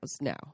Now